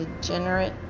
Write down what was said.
degenerate